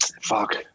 Fuck